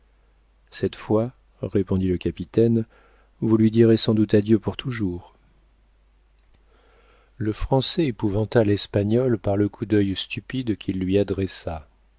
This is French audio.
cette fois répondit le capitaine vous lui direz sans doute adieu pour toujours le français épouvanta l'espagnol par le coup d'œil stupide qu'il adressa